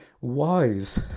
wise